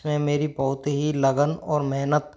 इस में मेरी बहुत ही लगन और मेहनत